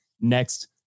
next